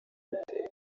gutera